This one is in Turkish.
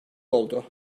oldu